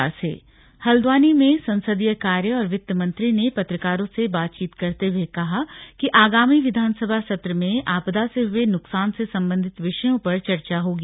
slug वित्त मंत्री हल्द्वानी में संसदीय कार्य और वित्त मंत्री ने पत्रकारों से बातचीत करते हुए कहा कि आगामी विधानसभा सत्र में आपदा से हुए नुकसान से संबंधित विषयों पर भी चर्चा होगी